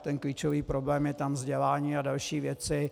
Ten klíčový problém je tam vzdělání a další věci.